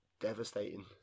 devastating